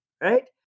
right